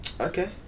Okay